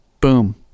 boom